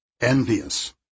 Envious